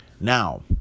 Now